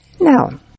Now